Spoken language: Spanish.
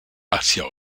hacia